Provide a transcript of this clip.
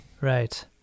Right